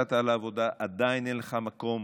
יצאת לעבודה, ועדיין אין לך מקום